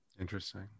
Interesting